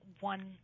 One